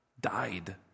died